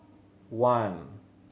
one